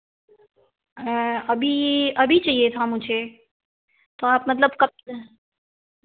अभी अभी चाहिए था मुझे आप मतलब कब